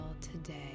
today